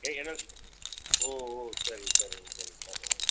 ஏய் எனக் ஓ ஓ சரிங்க சரிங்கம்மா சரிங்கம்மா சரிங்கம்மா